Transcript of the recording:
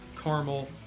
caramel